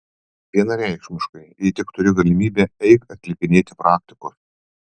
vienareikšmiškai jei tik turi galimybę eik atlikinėti praktikos